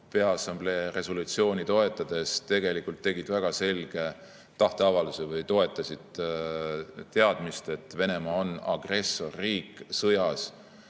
Peaassamblee resolutsiooni toetades tegelikult tegid väga selge tahteavalduse või toetasid teadmist, et Venemaa on agressorriik sõjas